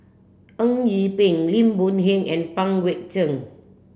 Eng Yee Peng Lim Boon Heng and Pang Guek Cheng